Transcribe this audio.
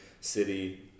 city